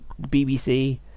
bbc